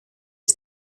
ist